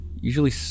Usually